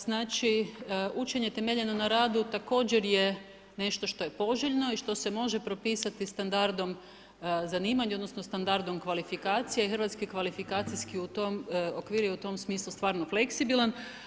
Znači, učenje temeljeno na radu, također je nešto što je poželjno i što se može propisati standardom zanimanja, odnosno, standardom kvalifikacija i hrvatski kvalifikacijski okvir je u tom smislu je stvarno fleksibilan.